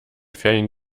ferien